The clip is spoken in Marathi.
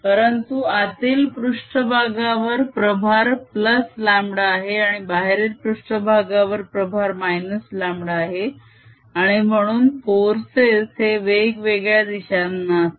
परंतु आतील पृष्ट्भागावर प्रभार λ आहे आणि बाहेरील पृष्ट्भागावर प्रभार -λ आहे आणि म्हणून फोर्सेस हे वेगवेगळ्या दिशांना असतील